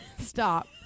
Stop